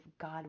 God